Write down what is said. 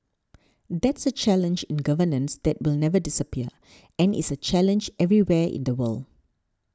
that's a challenge in governance that will never disappear and is a challenge everywhere in the world